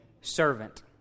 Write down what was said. servant